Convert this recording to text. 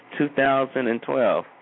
2012